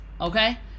okay